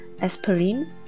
aspirin